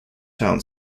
town